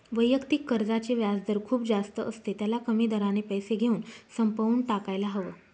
वैयक्तिक कर्जाचे व्याजदर खूप जास्त असते, त्याला कमी दराने पैसे घेऊन संपवून टाकायला हव